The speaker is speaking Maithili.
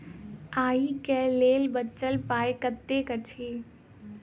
आइ केँ लेल बचल पाय कतेक अछि?